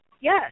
yes